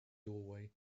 doorway